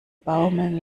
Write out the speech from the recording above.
baumeln